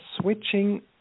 switching